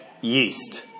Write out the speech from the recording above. yeast